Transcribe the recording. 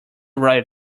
ride